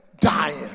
dying